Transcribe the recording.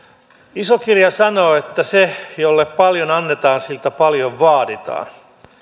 iso kirja sanoo että se jolle paljon annetaan siltä paljon vaaditaan